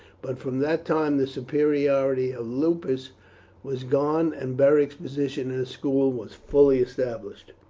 but from that time the superiority of lupus was gone, and beric's position in the school was fully established.